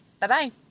Bye-bye